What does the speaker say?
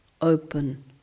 open